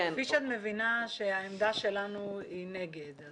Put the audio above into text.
כפי שאת מבינה, העמדה שלנו היא נגד.